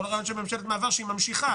כל הרעיון של ממשלת המעבר הוא שהיא ממשיכה.